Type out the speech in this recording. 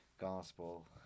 gospel